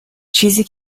چیزی